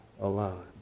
alone